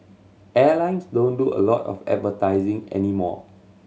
airlines don't do a lot of advertising anymore